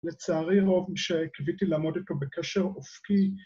לצערי רוב, שקיוויתי לעמוד איתו בקשר אופקי,